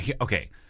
Okay